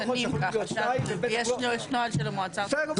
שנים זה ככה, יש נוהל של המועצה הארצית.